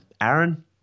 Aaron